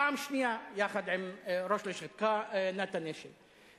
פעם שנייה עם ראש הלשכה נתן אשל.